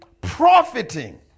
profiting